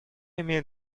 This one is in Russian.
имеет